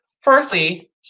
Firstly